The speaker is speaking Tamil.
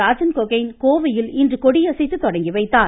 ராஜன் கோஹய்ன் கோவையில் இன்று கொடியசைத்து தொடங்கி வைத்தார்